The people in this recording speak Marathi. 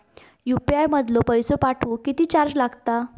यू.पी.आय मधलो पैसो पाठवुक किती चार्ज लागात?